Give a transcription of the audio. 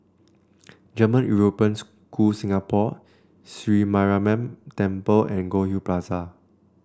German European School Singapore Sri Mariamman Temple and Goldhill Plaza